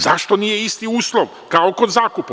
Zašto nije isti uslov kao kod zakupa?